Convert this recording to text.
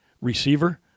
receiver